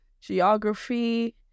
geography